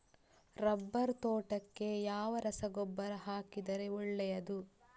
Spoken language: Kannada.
ರಬ್ಬರ್ ತೋಟಕ್ಕೆ ಯಾವ ರಸಗೊಬ್ಬರ ಹಾಕಿದರೆ ಒಳ್ಳೆಯದು?